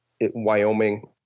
Wyoming